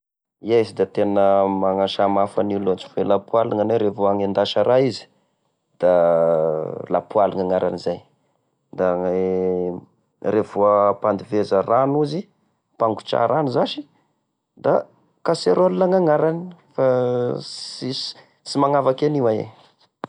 Iahy sy da tegna magna samahafa anio lôtry, fa lapoaly gnanay rehefa agnendasa raha izy! Da lapoaly ny agnarany zay, da revô ampandiveza rano izy, apangotraha rano zasy da casserole gny gnagnarany!. fa sisy sy magnavaka an'io ay e